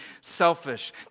selfish